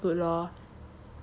it was like just good lor